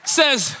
says